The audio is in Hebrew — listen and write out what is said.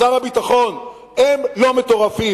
שר הביטחון, הם לא מטורפים.